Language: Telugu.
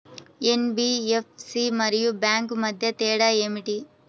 ఎన్.బీ.ఎఫ్.సి మరియు బ్యాంక్ మధ్య తేడా ఏమిటీ?